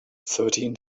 thirteen